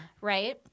Right